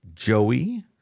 Joey